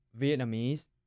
Vietnamese